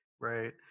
Right